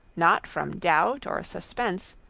not from doubt or suspense,